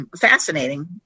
fascinating